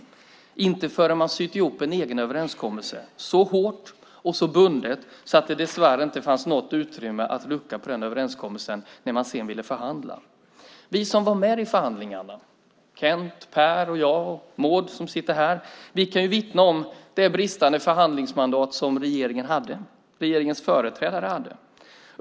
De kom inte förrän man sytt ihop en egen överenskommelse så hårt och så bundet att det dessvärre inte fanns något utrymme att rucka på den överenskommelsen när man sedan ville förhandla. Vi som var med i förhandlingarna - Kent, Per, jag och Maud som sitter här - kan vittna om det bristande förhandlingsmandat som regeringens företrädare hade.